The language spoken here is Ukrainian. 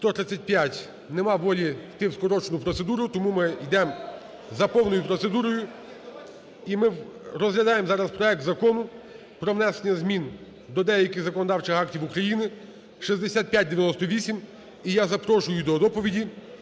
Немає волі йти в скорочену процедуру. Тому ми йдемо за повною процедурою. І ми розглядаємо зараз проект Закону про внесення змін до деяких законодавчих актів України 6598. І я запрошую до доповіді